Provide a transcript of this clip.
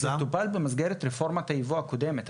זה טופל במסגרת רפורמת היבוא הקודמת.